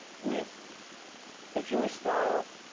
with a jewish star,